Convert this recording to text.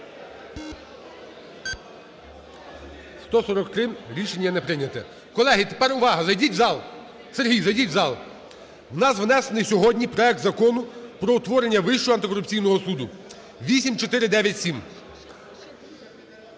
За-143 Рішення не прийняте. Колеги, тепер увага! Зайдіть в зал! Сергій, зайдіть в зал! У нас внесений сьогодні проект Закону про утворення Вищого антикорупційного суду (8497).